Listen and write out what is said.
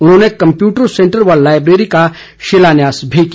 उन्होंने computer centre व library का शिलान्यास भी किया